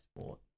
sport